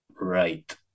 right